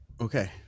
Okay